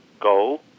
go